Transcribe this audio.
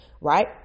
right